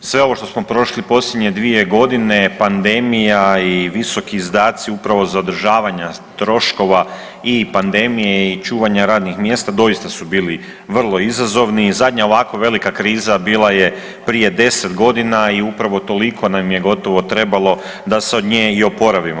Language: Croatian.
Sve ovo što smo prošli u posljednje dvije godine, pandemija i visoki izdaci upravo za održavanja troškova i pandemije i čuvanja radnih mjesta doista su bili vrlo izazovni i zadnja ovako velika kriza bila je prije 10.g. i upravo toliko nam je gotovo trebalo da se od nje i oporavimo.